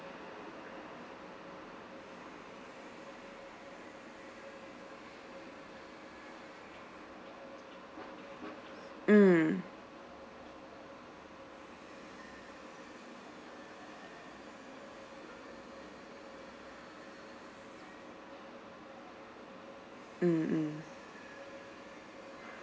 mm mm mm